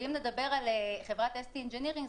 ואם נדבר על חברתS.D ENGINERING ,